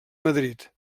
madrid